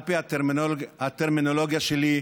על פי הטרמינולוגיה שלי,